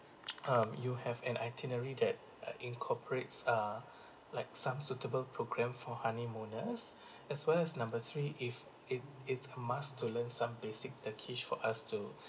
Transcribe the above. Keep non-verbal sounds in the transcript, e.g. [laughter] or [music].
[noise] um you have an itinerary that uh incorporates uh like some suitable programme for honeymooners as well as number three if it is a must to learn some basic turkish for us to